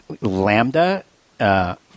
Lambda –